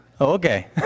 okay